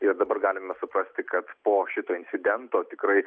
ir dabar galime suprasti kad po šito incidento tikrai